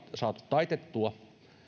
saatu taitettua